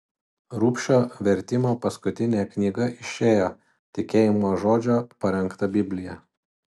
rubšio vertimo paskutinė knyga išėjo tikėjimo žodžio parengta biblija